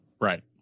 right